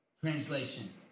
Translation